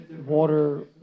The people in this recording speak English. water